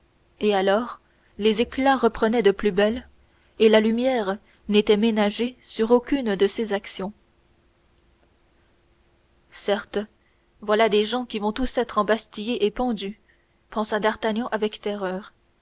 et alors les éclats reprenaient de plus belle et la lumière n'était ménagée sur aucune de ses actions certes voilà des gens qui vont être embastillés et pendus pensa d'artagnan avec terreur